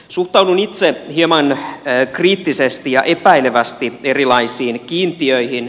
suhtaudun itse hieman kriittisesti ja epäilevästi erilaisiin kiintiöihin